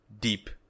deep